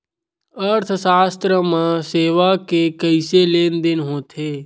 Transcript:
अर्थशास्त्र मा सेवा के कइसे लेनदेन होथे?